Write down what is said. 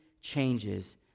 changes